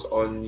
on